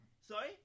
Sorry